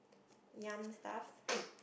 yum stuff